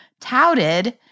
touted